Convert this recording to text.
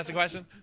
ah question?